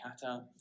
kata